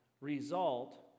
result